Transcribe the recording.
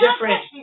different